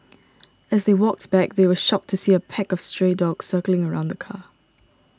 as they walked back they were shocked to see a pack of stray dogs circling around the car